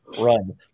run